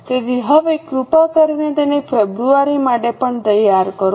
તેથી હવે કૃપા કરીને તેને ફેબ્રુઆરી માટે પણ તૈયાર કરો